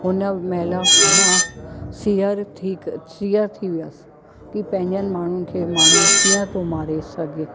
हुन महिल मां सियर थी सियर थी वियसि की पंहिंजनि माण्हुनि खे माण्हू कीअं थो मारे सघे